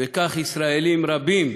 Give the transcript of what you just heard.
וכך ישראלים רבים